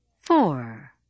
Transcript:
Four